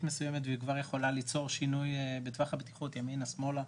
מסויימת היא כבר יכולה ליצור שינוי בטווח הבטיחות ימינה שמאלה,